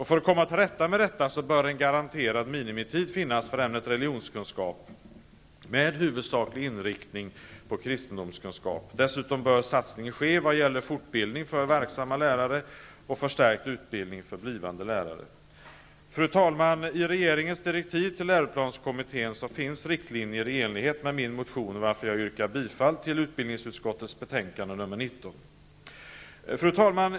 För att komma till rätta med detta bör en garantera minimitid finnas för ämnet religionskunskap med huvudsaklig inriktning på kristendomskunskap. Dessutom bör satsningen ske vad gäller fortbildning för verksamma lärare och förstärkt utbildning för blivande lärare. Fru talman! I regeringens direktiv till läroplanskommittén finns riktlinjer i enlighet med min motion, varför jag yrkar bifall till hemställan i utbildningsutskottets betänkande nr 19. Fru talman!